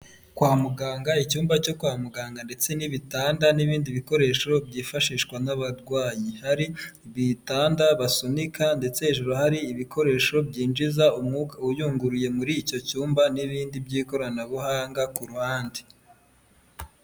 Kwa muganga icyumba cyo kwa muganga ndetse n'ibitanda n'ibindi bikoresho byifashishwa n'abaryi, hari ibitanda basunika ndetse hejuru hari ibikoresho byinjiza umwuka uyunguruye muri icyo cyumba n'ibindi by'ikoranabuhanga ku ruhande.